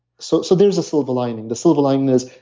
so so there's a silver lining. the silver lining is,